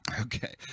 Okay